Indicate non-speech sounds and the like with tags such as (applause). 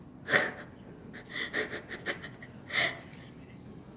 (laughs)